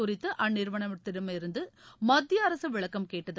குறித்துஅந்நிறுவனத்திடமிருந்துமத்தியஅரசுவிளக்கம் கேட்டது